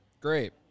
Great